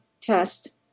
test